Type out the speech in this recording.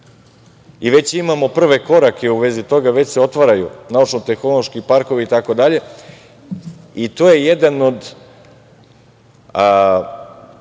Već imamo prve korake u vezi toga, već se otvaraju naučno-tehnološki parkovi itd. i to je jedan od